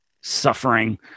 suffering